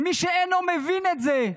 מי שאינו מבין את זה,